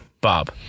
Bob